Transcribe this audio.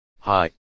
Hi